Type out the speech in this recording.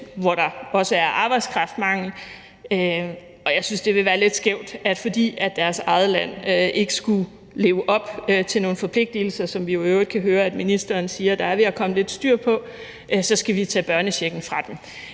hvor der er arbejdskraftmangel. Og jeg synes, det vil være lidt skævt, at fordi deres eget land ikke skulle leve op til nogle forpligtigelser, som vi jo i øvrigt kan høre at ministeren siger der er ved at komme lidt styr på, så skal vi tage børnechecken fra dem.